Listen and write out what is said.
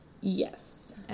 Yes